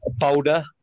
powder